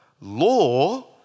Law